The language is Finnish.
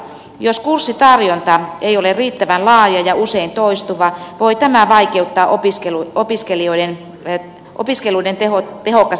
jos kurssitarjonta ei ole riittävän laaja ja usein toistuva voi tämä vaikeuttaa opiskeluiden tehokasta toteuttamista